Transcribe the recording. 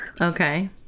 okay